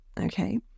okay